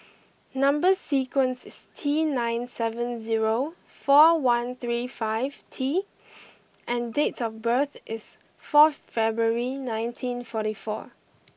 number sequence is T nine seven zero four one three five T and date of birth is fourth February nineteen forty four